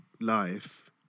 life